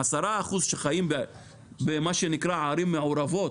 ה-10% שחיים במה שנקרא ערים מעורבות